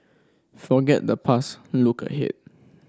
forget the past look ahead